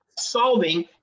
solving